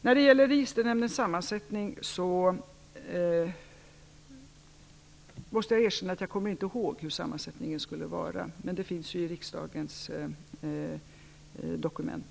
Jag måste erkänna att jag inte kommer ihåg hur registernämndens sammansättning skulle vara, men det finns ju i riksdagens dokument.